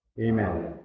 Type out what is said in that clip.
Amen